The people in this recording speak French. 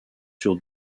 sur